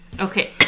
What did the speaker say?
Okay